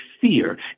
fear